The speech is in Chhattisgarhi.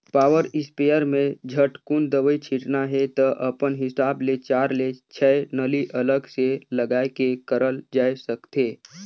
पावर स्पेयर में झटकुन दवई छिटना हे त अपन हिसाब ले चार ले छै नली अलग से लगाये के करल जाए सकथे